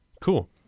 Cool